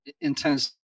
intense